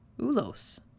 Ulos